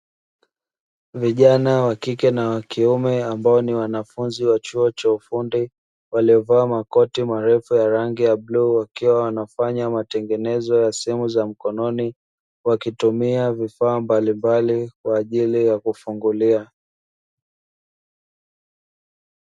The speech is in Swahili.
Vijana wa kike na wa kiume ambao ni wanafunzi wa chuo cha ufundi walio vaa makoti marefu ya rangi ya bluu wakiwa wanafanya matengenezo ya simu za mkononi wakitumia vifaa mbalimbali kwa ajili ya kufungulia.